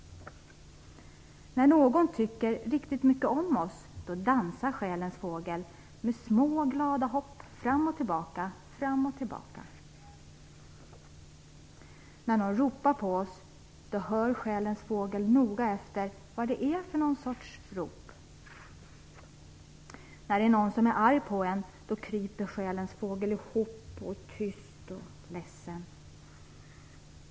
När någon tycker riktigt mycket om oss, dansar Själens Fågel med små glada hopp fram och tillbaka fram och tillbaka. När någon ropar på oss, hör Själens Fågel noga efter vad det är för sorts rop. När det är någon som är arg på en, kryper Själens Fågel ihop och är tyst och ledsen.